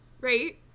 right